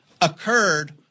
occurred